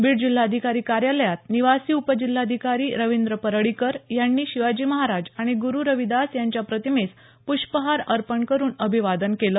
बीड जिल्हाधिकारी कार्यालयात निवासी उपजिल्हाधिकारी रवींद्र परळीकर यांनी शिवाजी महाराज आणि ग्रु रविदास यांच्या प्रतिमेस पृष्पहार अर्पण करुन अभिवादन केलं